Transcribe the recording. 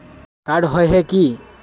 Card होय है की?